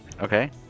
Okay